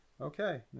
okay